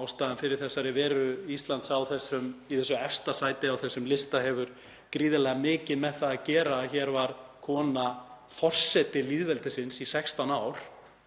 Ástæðan fyrir þessari veru Íslands í efsta sætinu á þessum lista hefur gríðarlega mikið með það að gera að hér var kona forseti lýðveldisins í 16 ár